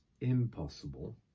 impossible